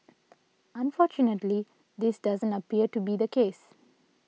unfortunately this doesn't appear to be the case